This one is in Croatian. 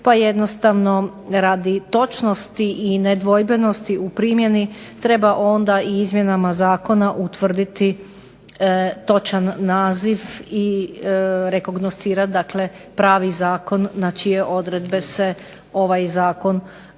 pa jednostavno radi točnosti i nedvojbenosti u primjeni treba onda izmjenama zakona utvrditi točan naziv i rekognoscirati pravi zakon na čije odredbe se ovaj Zakon poziva,